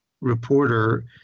reporter